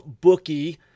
bookie